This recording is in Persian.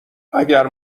اگر